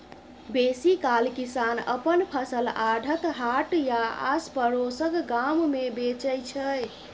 बेसीकाल किसान अपन फसल आढ़त, हाट या आसपरोसक गाम मे बेचै छै